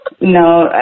No